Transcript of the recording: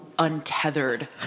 Untethered